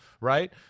Right